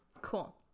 Cool